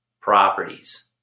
properties